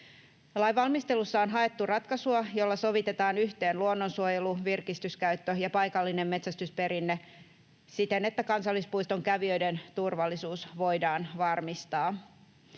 Lain valmistelussa on haettu ratkaisua, jolla sovitetaan yhteen luonnonsuojelu, virkistyskäyttö ja paikallinen metsästysperinne siten, että kansallispuiston kävijöiden turvallisuus voidaan varmistaa.